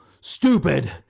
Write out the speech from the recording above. Stupid